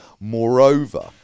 Moreover